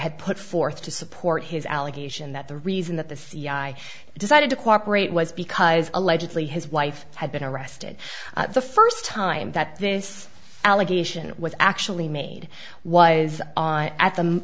had put forth to support his allegation that the reason that the c i decided to cooperate was because allegedly his wife had been arrested the first time that this allegation was actually made was on at the